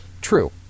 true